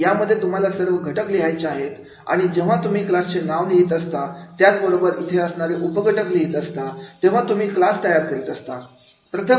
यामध्ये तुम्हाला सर्व घटक लिहायचे आहेत आणि जेव्हा तुम्ही क्लासचे नाव लिहीत असता त्याच बरोबर इथे असणारे उपघटक लिहीत असता तेव्हा तुम्ही क्लास तयार करीत असतात